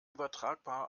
übertragbar